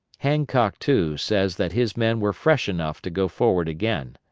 hancock, too, says that his men were fresh enough to go forward again.